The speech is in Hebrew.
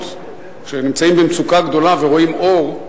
כשנמצאים במצוקה גדולה ורואים אור,